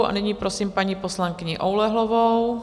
A nyní prosím paní poslankyni Oulehlovou.